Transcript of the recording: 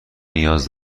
نیاز